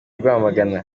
rwamagana